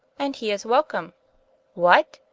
and he is welcome what?